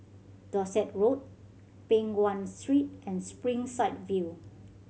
Dorset Road Peng Nguan Street and Springside View